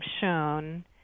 shown